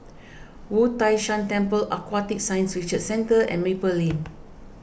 Wu Tai Shan Temple Aquatic Science Research Centre and Maple Lane